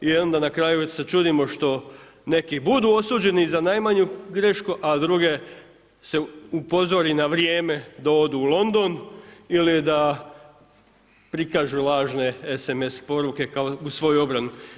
I onda na kraju se čudimo što neki budu osuđeni za najmanju grešku, a druge se upozori na vrijeme da odu u London ili da prikažu lažne SMS poruke kao u svoju obrnu.